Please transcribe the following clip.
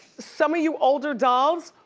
some of you older dolls,